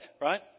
right